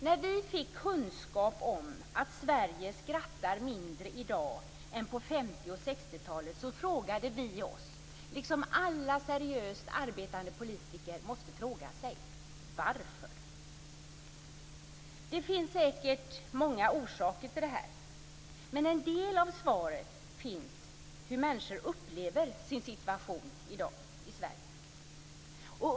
När vi fick kunskap om att Sverige skrattar mindre i dag än på 50 och 60-talet frågade vi oss, liksom alla seriöst arbetande politiker måste fråga sig: Varför? Det finns säkert många orsaker till detta, men en del av svaret finns i hur människor upplever sin situation i dag i Sverige.